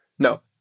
No